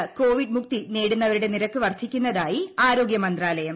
രാജ്യത്ത് കോവിഡ് മുക്തി നേടുന്നവരുടെ നിരക്ക് വർധിക്കുന്നതായി ആരോഗൃമന്ത്രാലയം